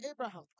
Abraham